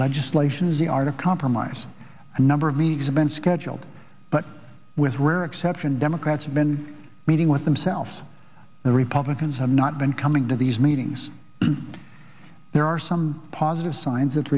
legislation is the art of compromise a number of me has been scheduled but with rare exception democrats have been meeting with themselves the republicans have not been coming to these meetings and there are some positive signs